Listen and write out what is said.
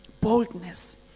boldness